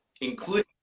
including